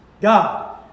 God